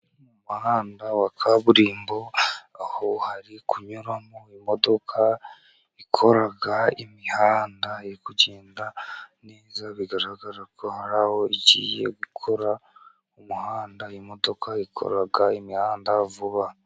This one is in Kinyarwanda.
Umuhanda wa kaburimbo aho hari kunyuramo imodoka ikora imihanda yo kugenda neza, bigaragara ko hari aho igiye gu gukora umuhanda, imodoka ikora imihanda vuba.